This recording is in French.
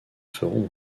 feront